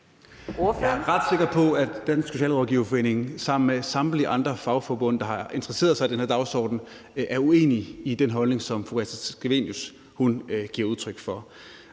Jeg er ret sikker på, at Dansk Socialrådgiverforening sammen med samtlige andre fagforbund, der har interesseret sig for den her dagsorden, er uenige i den holdning, som fru Theresa Scavenius giver udtryk for.